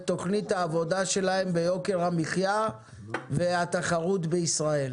תוכנית העבודה שלהם ביוקר המחיה והתחרות בישראל.